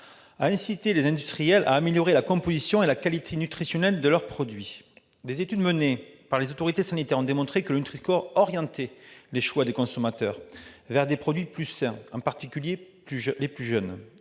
à inciter les industriels à améliorer la composition et la qualité nutritionnelle de leurs produits. Des études menées par les autorités sanitaires ont démontré que le logo Nutri-score orientait le choix des consommateurs, en particulier les plus jeunes,